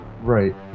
Right